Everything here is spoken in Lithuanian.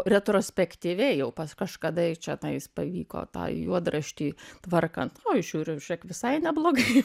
retrospektyviai jau pas kažkada čianais pavyko tą juodraštį tvarkant o žiūriu žiūrėk visai neblogai